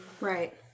Right